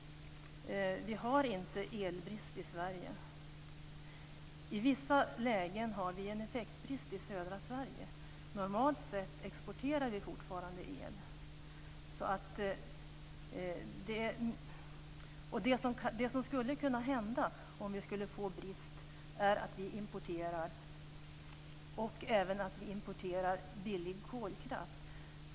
Vi har inte elbrist i Sverige. I vissa lägen har vi en effektbrist i södra Sverige, men normalt sett exporterar vi fortfarande el. Det som skulle kunna hända om det skulle uppstå en brist är att vi importerar, och då även billig kolkraft.